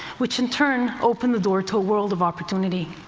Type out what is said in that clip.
which in turn opened the door to a world of opportunity.